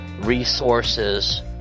resources